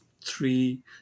three